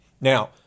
Now